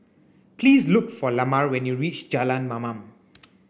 please look for Lamar when you reach Jalan Mamam